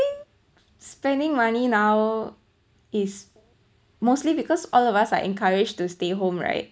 spending money now is mostly because all of us are encouraged to stay home right